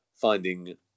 finding